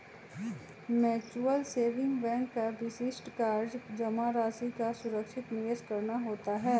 mutual saving bank का विशिष्ट कार्य जमा राशि का सुरक्षित निवेश करना होता है